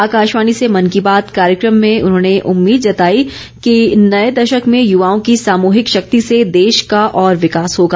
आकाशवाणी से मन की बात कार्यक्रम में उन्होंने उम्मीद जताई कि नए दशक में युवाओं की सामूहिक शक्ति से देश का और विकास होगा